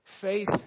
Faith